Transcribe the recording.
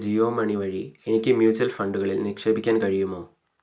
എൻ്റെ ജിയോ മണി വഴി എനിക്ക് മ്യൂച്വൽ ഫണ്ടുകളിൽ നിക്ഷേപിക്കാൻ കഴിയുമോ